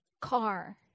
car